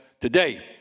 today